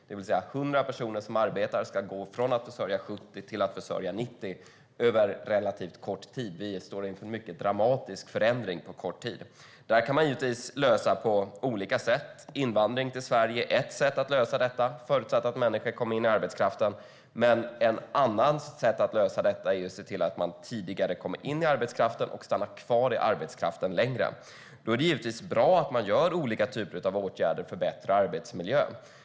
Alltså ska 100 personer som arbetar gå från att försörja 70 personer till att försörja 90 personer, på relativt kort tid. Vi står inför en mycket dramatisk förändring på kort tid. Det kan givetvis lösas på olika sätt. Invandring till Sverige är ett sätt att lösa detta, förutsatt att människor kommer in i arbetskraften. Men ett annat sätt är att se till att man kommer in i arbetskraften tidigare och stannar kvar längre. Då är det givetvis bra att det vidtas olika typer av åtgärder för att förbättra arbetsmiljön.